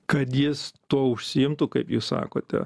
kad jis tuo užsiimtų kaip jūs sakote